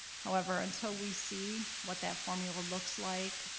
however, until we see what that formula looks like,